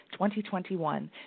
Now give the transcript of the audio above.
2021